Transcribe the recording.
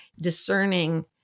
discerning